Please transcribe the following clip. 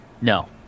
no